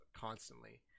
constantly